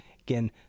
again